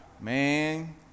Man